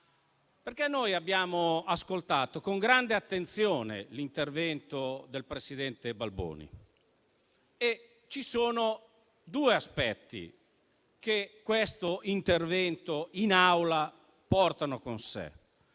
Noi abbiamo ascoltato con grande attenzione l'intervento del presidente Balboni e ci sono due aspetti che questo intervento in Aula porta con sé.